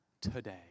today